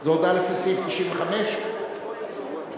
זו הודעה לפי סעיף 95. בבקשה.